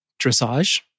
Dressage